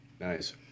Nice